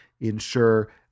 ensure